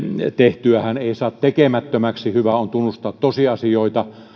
tehtyähän ei saa tekemättömäksi hyvä on tunnustaa tosiasioita